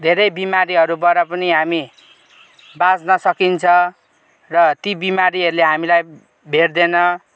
धेरै बिमारिहरूबाट पनि हामी बाच्न सकिन्छ र ती बिमारीहरूले हामीलाई भेट्दैन